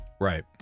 Right